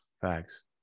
Facts